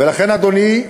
ולכן, אדוני,